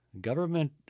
Government